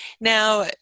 Now